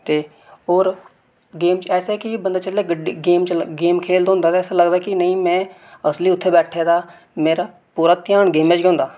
ते होर गेम च ऐसा कि बंदा जेल्ले गेम खेढदा होंदा ते ऐसा लगदा कि नेईं में असली उत्थै बैठे दा मेरा पूरा ध्यान गेमां च गै होंदा